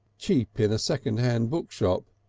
cheap in a second-hand bookshop,